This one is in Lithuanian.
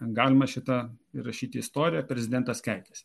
galima šį tą įrašyti į istoriją prezidentas keikiasi